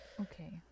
Okay